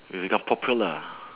will become popular